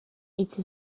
эти